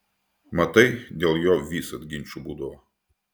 matai dėl jo visad ginčų būdavo